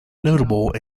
notable